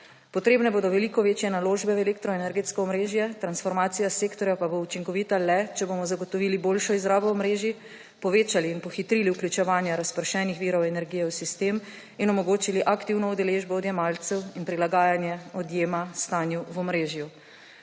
Potrebne bodo veliko večje naložbe v elektroenergetsko omrežje, transformacija sektorja pa bo učinkovita le, če bomo zagotovili boljšo izrabo omrežij, povečali in pohitrili vključevanje razpršenih virov energije v sistem in omogočili aktivno udeležbo odjemalcev in prilaganje odjema stanju v omrežju.